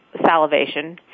Salivation